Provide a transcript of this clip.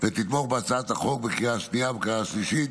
ותתמוך בהצעת החוק בקריאה השנייה ובקריאה השלישית